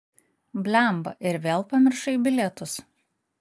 blemba ir vėl pamiršai bilietus